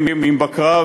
נא לסיים.